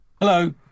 Hello